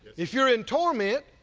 if you're in torment,